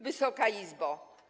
Wysoka Izbo!